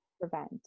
prevent